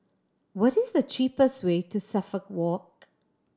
what is the cheapest way to Suffolk Walk